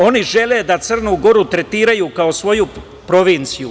Oni žele da Crnu Goru tretiraju kao svoju provinciju.